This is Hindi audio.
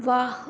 वाह